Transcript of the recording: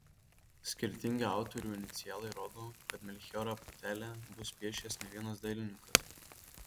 skirtingi autorių inicialai rodo kad melchijorą putelę bus piešęs ne vienas dailininkas